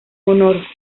honor